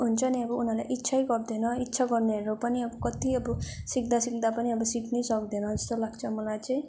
हुन्छ नि अब उनीहरूले इच्छै गर्दैन इच्छा गर्नेहरू पनि अब कत्ति अब सिक्दा सिक्दा पनि अब सिक्नै सक्दैन जस्तो लाग्छ मलाई चाहिँ